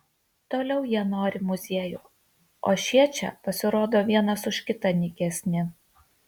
toliau jie nori muziejų o šie čia pasirodo vienas už kitą nykesni